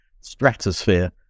stratosphere